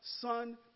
son